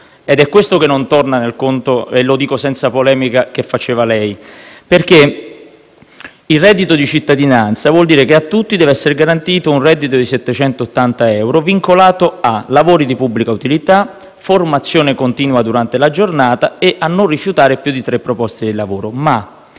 ed è questo che non torna nel conto - lo dico senza polemica - che faceva lei. Il reddito di cittadinanza vuol dire che a tutti deve essere garantito un reddito di 780 euro vincolato a: lavori di pubblica utilità; formazione continua durante la giornata; non rifiutare più di tre proposte di lavoro.